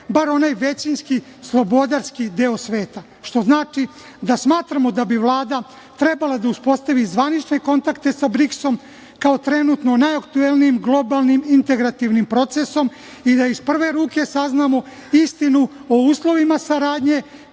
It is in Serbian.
bar onaj većinski, slobodarski deo sveta, što znači da mstramo da bi Vlada trebala da uspostavi zvanične kontakte sa BRIKS-om, kao trenutno najaktuelnijim globalnim integrativnim procesom i da iz prve ruke saznamo istinu o uslovima saradnje,